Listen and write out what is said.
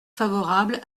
favorable